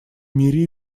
мире